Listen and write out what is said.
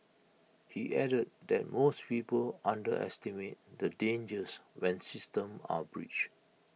he added that most people underestimate the dangers when systems are breached